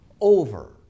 over